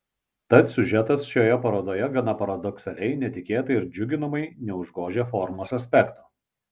tad siužetas šioje parodoje gana paradoksaliai netikėtai ir džiuginamai neužgožia formos aspekto